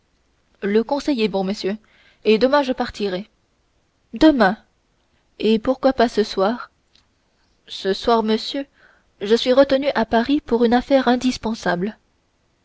le conseil est bon monsieur et demain je partirai demain et pourquoi pas ce soir ce soir monsieur je suis retenu à paris par une affaire indispensable